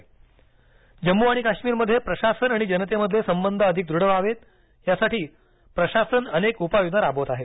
आवाम की बात जम्मू आणि काश्मीरमध्ये प्रशासन आणि जनतेमधले संबंध अधिक दृढ व्हाहेत यासाठी प्रशासन अनेक उपाय योजना राबवत आहे